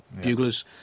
Buglers